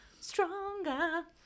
stronger